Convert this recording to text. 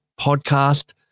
podcast